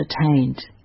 attained